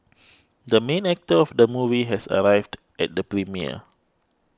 the main actor of the movie has arrived at the premiere